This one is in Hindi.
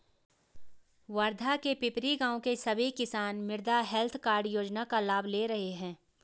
वर्धा के पिपरी गाँव के सभी किसान मृदा हैल्थ कार्ड योजना का लाभ ले रहे हैं